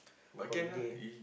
holiday